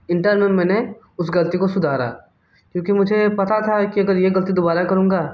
inter में मैंने उस ग़लती को सुधारा क्योंकि मुझे पता था कि अगर ये ग़लती दोबारा करूँगा